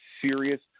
serious